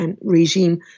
regime